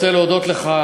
רוצה להודות לך,